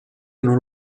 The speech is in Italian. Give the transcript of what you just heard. non